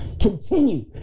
continue